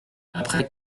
après